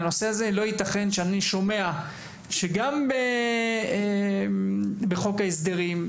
לא ייתכן שאני שומע שגם בחוק ההסדרים,